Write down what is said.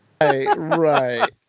Right